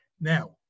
now